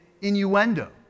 innuendo